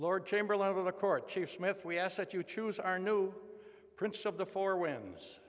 lord chamberlain of the court chief smith we ask that you choose our new prince of the four win